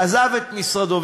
עזב את משרדו.